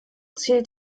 zählt